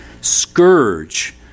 scourge